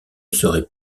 serait